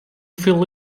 fill